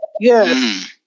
yes